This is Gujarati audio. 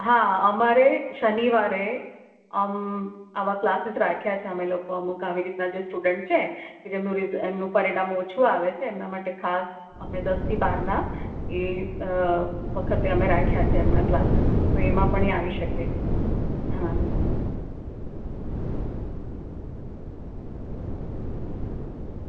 હા અમારે શનિવારે આવા ક્લાસીસ રાખ્યા છે અમે લોકો અમુક આવી રીતના જે સ્ટુડન્ટ છે જેમનું પરિણામ ઓછું આવે છે એમના માટે ખાસ અમે દસથી બારના એ વખતે અમે રાખ્યા છે એમના ક્લાસ તો એમાં પણ એ આવી શકે હ